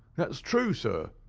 that's true, sir,